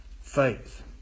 Faith